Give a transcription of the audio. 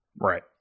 Right